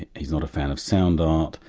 and he's not a fan of sound art.